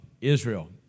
Israel